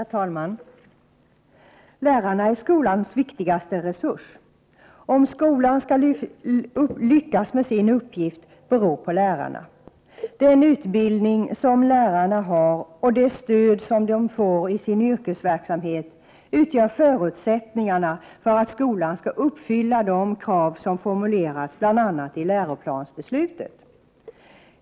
Herr talman! Lärarna är skolans viktigaste resurs. Om skolan skall lyckas med sin uppgift beror på lärarna. Den utbildning som lärarna har och det stöd som de får i sin yrkesverksamhet utgör förutsättningarna för att skolan skall kunna uppfylla de krav som formulerats i bl.a. läroplansbeslutet.